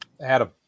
Adam